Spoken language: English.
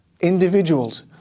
individuals